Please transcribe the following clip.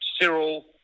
Cyril